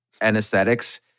anesthetics